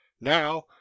Now